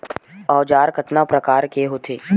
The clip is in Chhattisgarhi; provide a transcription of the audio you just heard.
औजार कतना प्रकार के होथे?